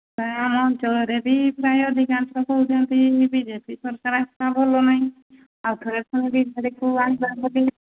ଆମ ଅଞ୍ଚଳରେ ବି ପ୍ରାୟ ଅଧିକାଂଶ କହୁଛନ୍ତି ବି ଜେ ପି ସରକାର ଆସିଲା ଭଲ ନାହିଁ ଆଉ ଥରେ ପୁଣି ବିଜେଡ଼ିକୁ ଆଣିବା ବୋଲି